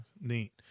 Neat